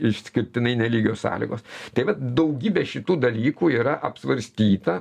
išskirtinai nelygios sąlygos taip vat daugybė šitų dalykų yra apsvarstyta